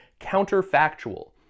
counterfactual